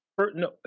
No